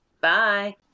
Bye